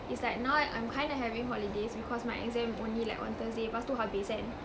it's like now I'm kind of having holidays because my exam only like on thursday lepas tu habis kan